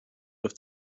with